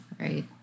Right